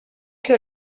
que